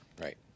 right